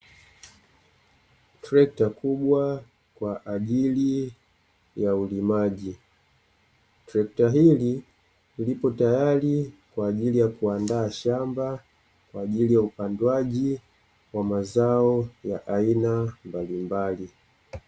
Trekta kubwa kwa ajili ya ulimaji, trekta hili lipo tayari kwa ajili ya kuandaa shamba kwa ajili ya upandwaji wa mazao ya aina mbalimbali.